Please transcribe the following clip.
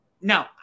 No